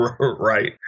right